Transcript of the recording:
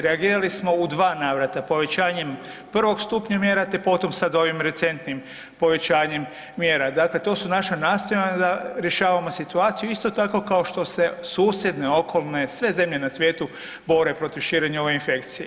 Reagirali smo u dva navrata, povećanjem prvog stupnja mjera te potom sada ovim recentnim povećanjem mjera, dakle to su naša nastojanja da rješavamo situaciju i isto tako kao što se susjedne okolne, sve zemlje na svijetu bore protiv širenja ove infekcije.